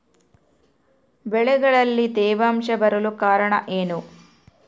ಬೆಳೆಗಳಲ್ಲಿ ತೇವಾಂಶ ಬರಲು ಕಾರಣ ಏನು?